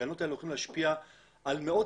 כשהתקנות האלה הולכות להשפיע על מאות